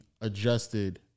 adjusted